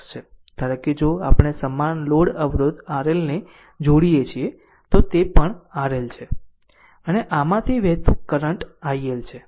ધારો કે જો આપણે સમાન લોડ અવરોધ RLને જોડીએ છીએ તો તે પણ RL છે અને આમાંથી વહેતું કરંટ iL છે